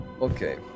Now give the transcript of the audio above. Okay